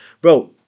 bro